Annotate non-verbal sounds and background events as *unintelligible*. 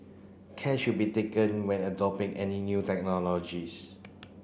care should be taken when *unintelligible* any new technologies